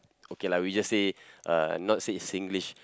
okay lah we just say uh not say is Singlish